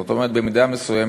זאת אומרת, במידה מסוימת,